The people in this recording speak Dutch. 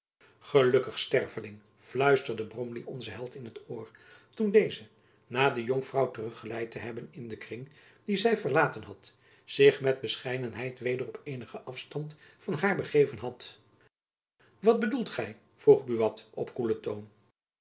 gelukkig sterveling fluisterde bromley onzen held in t oor toen deze na de jonkvrouw teruggeleid te hebben in den kring dien zy verlaten had zich met bescheidenheid weder op eenigen afstand van daar begeven had wat bedoelt gy vroeg buat op koelen toon